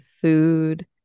food